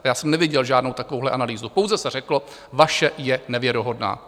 Já jsem neviděl žádnou takovouhle analýzu, pouze se řeklo vaše je nevěrohodná.